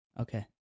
Okay